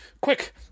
quick